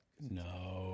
No